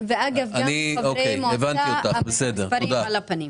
גם מבחינת חברי מועצה המספרים הם על הפנים.